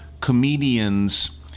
comedians